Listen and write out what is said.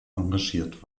engagiert